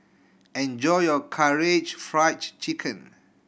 enjoy your Karaage Fried Chicken